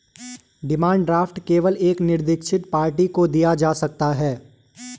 demand draft केवल एक निरदीक्षित पार्टी को दिया जा सकता है